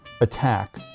attack